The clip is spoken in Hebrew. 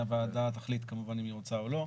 הוועדה תחליט כמובן אם היא רוצה או לא.